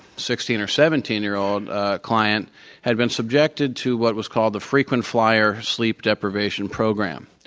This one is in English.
sixteen or seventeen year old client had been subjected to what was called the frequent flyer sleep deprivation program.